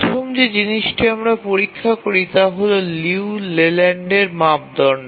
প্রথম যে জিনিসটি আমরা পরীক্ষা করি তা হল লিউ লেল্যান্ডের মাপদণ্ড